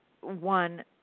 one